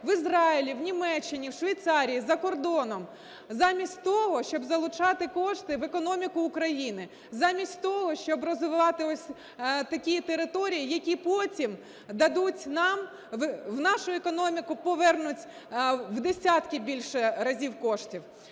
В Ізраїлі, в Німеччині, в Швейцарії, за кордоном, замість того щоб залучати кошти в економіку України, замість того, щоб розвивати ось такі території, які потім дадуть нам, в нашу економіку повернуть в десятки більше разів коштів.